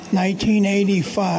1985